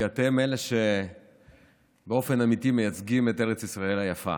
כי אתם אלה שבאופן אמיתי מייצגים את ארץ ישראל היפה,